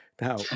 now